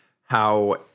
how-